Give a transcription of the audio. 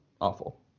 awful